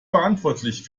verantwortlich